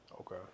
okay